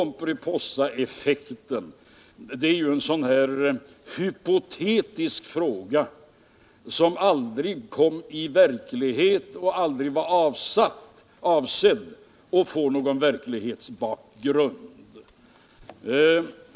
Men det var ju en hypotetisk effekt som aldrig blev verklighet och aldrig var avsedd att få någon verklighetsgrund.